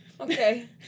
Okay